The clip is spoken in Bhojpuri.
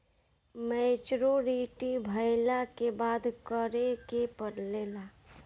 मैच्योरिटी भईला के बाद का करे के पड़ेला?